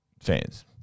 fans